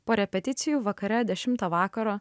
po repeticijų vakare dešimtą vakaro